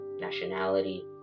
nationality